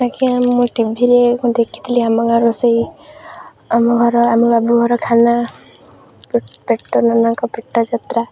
ଆଜ୍ଞା ମୁଁ ଟିଭିରେ ଦେଖିଥିଲି ଆମ ଗାଁ ରୋଷେଇ ଆମ ଘର ଆମ ବାବୁ ଘର ଖାନା ପେଟ ନାନାଙ୍କ ପେଟ ଯାତ୍ରା